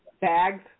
bags